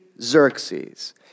Xerxes